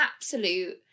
absolute